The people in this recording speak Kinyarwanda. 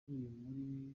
muri